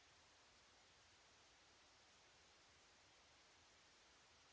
Grazie,